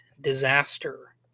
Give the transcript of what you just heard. disaster